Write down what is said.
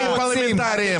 פרלמנטריים.